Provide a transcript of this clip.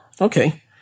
Okay